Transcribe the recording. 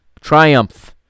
triumph